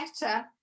better